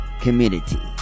Community